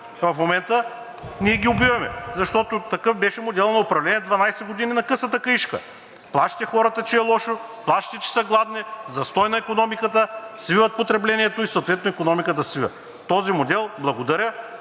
в момента ние ги убиваме, защото такъв беше моделът на управление 12 години – на късата каишка. Плашите хората, че е лошо, плашите, че ще са гладни, застой на икономиката, свиват потреблението и съответно икономиката се свива. Този модел, благодаря,